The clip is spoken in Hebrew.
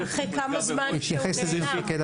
אחרי כמה זמן שהוא נעדר?